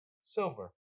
silver